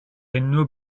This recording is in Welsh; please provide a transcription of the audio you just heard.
unrhyw